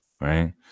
right